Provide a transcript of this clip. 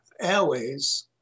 airways